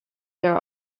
there